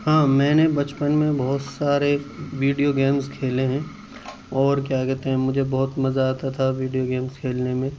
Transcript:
ہاں میں نے بچپن میں بہت سارے ویڈیو گیمس کھیلیں ہیں اور کیا کہتے ہیں مجھے بہت مزہ آتا تھا ویڈیو گیمس کھیلنے میں